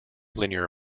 linear